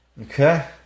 Okay